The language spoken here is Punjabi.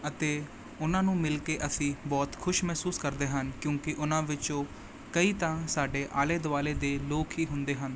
ਅਤੇ ਉਹਨਾਂ ਨੂੰ ਮਿਲ ਕੇ ਅਸੀਂ ਬਹੁਤ ਖੁਸ਼ ਮਹਿਸੂਸ ਕਰਦੇ ਹਨ ਕਿਉਂਕਿ ਉਹਨਾਂ ਵਿੱਚੋਂ ਕਈ ਤਾਂ ਸਾਡੇ ਆਲੇ ਦੁਆਲੇ ਦੇ ਲੋਕ ਹੀ ਹੁੰਦੇ ਹਨ